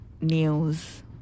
news